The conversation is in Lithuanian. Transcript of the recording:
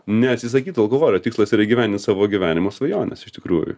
neatsisakyt alkoholio tikslas yra gyventi savo gyvenimo svajonės iš tikrųjų